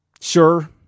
sure